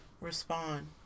respond